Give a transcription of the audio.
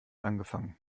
angefangen